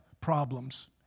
problems